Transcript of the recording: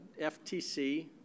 FTC